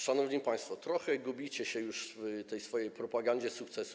Szanowni państwo, trochę gubicie się już w tej swojej propagandzie sukcesu.